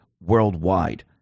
worldwide